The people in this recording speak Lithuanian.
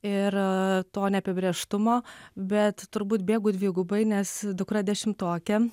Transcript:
ir to neapibrėžtumo bet turbūt bėgu dvigubai nes dukra dešimtokė